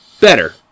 Better